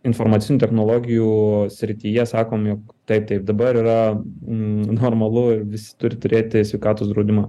informacinių technologijų srityje sakom jog taip taip dabar yra normalu visi turi turėti sveikatos draudimą